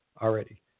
already